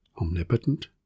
omnipotent